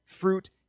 fruit